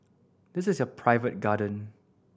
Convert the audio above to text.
this is your private garden